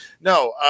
No